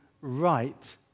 right